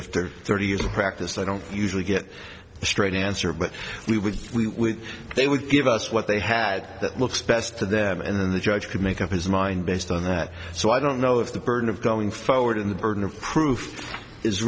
after thirty years of practice i don't usually get a straight answer but we would we they would give us what they had that looks best to them and then the judge could make up his mind based on that so i don't know if the burden of going forward in the burden of proof is